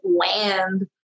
land